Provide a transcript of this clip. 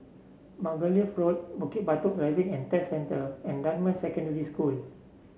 Margoliouth Road Bukit Batok Driving And Test Centre and Dunman Secondary School